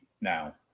now